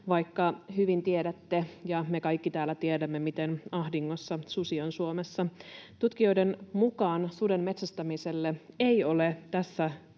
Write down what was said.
vaikka hyvin tiedätte, ja me kaikki täällä tiedämme, miten ahdingossa susi on Suomessa. Tutkijoiden mukaan suden metsästämiselle ei ole tässä